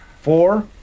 Four